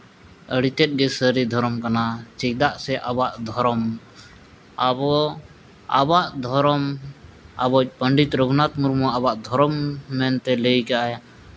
ᱟᱹᱰᱤᱛᱮᱫ ᱜᱮ ᱥᱟᱹᱨᱤ ᱫᱷᱚᱨᱚᱢ ᱠᱟᱱᱟ ᱪᱮᱫᱟᱜ ᱥᱮ ᱟᱵᱚᱣᱟᱜ ᱫᱷᱚᱨᱚᱢ ᱟᱵᱚ ᱟᱵᱚᱣᱟᱜ ᱫᱷᱚᱨᱚᱢ ᱟᱵᱚᱭᱤᱡ ᱯᱚᱱᱰᱤᱛ ᱨᱟᱹᱜᱷᱩᱱᱟᱛᱷ ᱢᱩᱨᱢᱩ ᱟᱵᱚᱣᱟᱜ ᱫᱷᱚᱨᱚᱢ ᱢᱮᱱᱛᱮ ᱞᱟᱹᱭ ᱠᱟᱜᱼᱟ